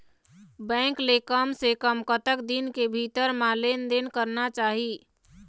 Bank ले कम से कम कतक दिन के भीतर मा लेन देन करना चाही?